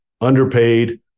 Underpaid